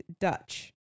Dutch